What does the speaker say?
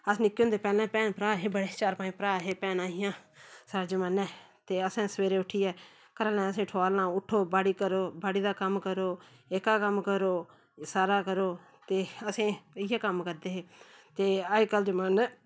अस निक्के होंदे हे पैह्ले भैन भ्राऽ हे बड़े चार पंज भ्राऽ हे भैनां हियां साढ़े जमान्ने ते असें सवेरे उट्ठियै घरै आह्लें असेंगी ठोआलना उट्ठो बाड्ढी करो बाड़ी दा कम्म करो एह्का कम्म करो सारा करो ते असें इयै कम्म करदे हे ते अज्जकल जमान्नै